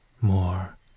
more